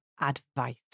advice